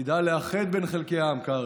תפקידה לאחד בין חלקי העם, קרעי,